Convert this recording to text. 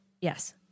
Yes